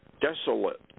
desolate